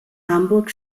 hamburg